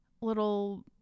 little